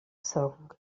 song